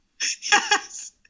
Yes